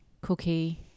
Cookie